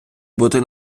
бути